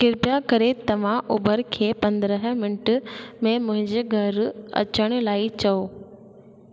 कृपया करे तव्हां उबर खे पंद्रहं मिंट में मुंहिंजे घरु अचण लाइ चओ